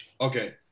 Okay